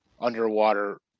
underwater